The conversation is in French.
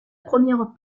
première